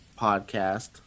podcast